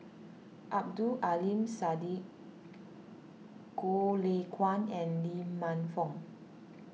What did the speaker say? Abdul Aleem Siddique Goh Lay Kuan and Lee Man Fong